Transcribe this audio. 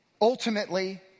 ultimately